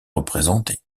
représenter